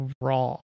raw